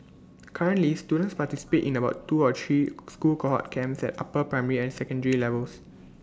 currently students participate in about two or three school cohort camps at upper primary and secondary levels